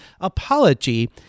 apology